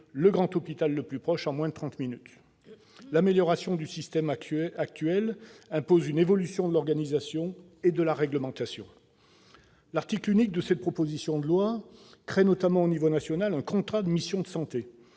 le grand hôpital le plus proche en moins de trente minutes. L'amélioration du système actuel impose une évolution de l'organisation et de la réglementation. L'article unique de cette proposition de loi vise à créer notamment à l'échelon national un contrat de mission santé